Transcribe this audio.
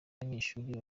abanyeshuri